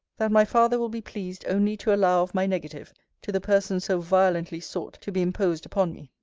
that my father will be pleased only to allow of my negative to the person so violently sought to be imposed upon me.